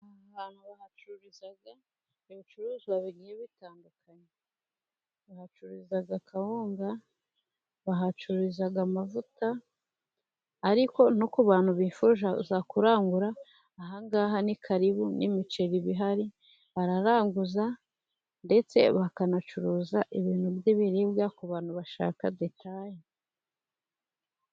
Aha hantu bahacururiza ibicuruzwa bigiye bitandukanye, bahacururiza kawunga, bahacururiza amavuta, ariko no ku bantu bifuza kurangura aha ngaha ni karibu n'imiceri iba ihari bararanguza, ndetse bakanacuruza ibintu by'ibiribwa ku bantu bashaka detaye.